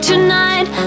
Tonight